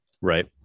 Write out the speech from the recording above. Right